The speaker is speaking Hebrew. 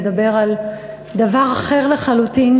לדבר על דבר אחר לחלוטין,